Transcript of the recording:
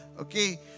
Okay